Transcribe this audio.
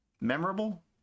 memorable